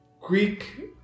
Greek